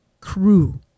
crew